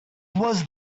was